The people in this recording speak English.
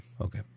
Okay